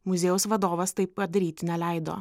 muziejaus vadovas taip padaryti neleido